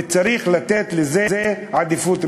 וצריך לתת לזה עדיפות ראשונה.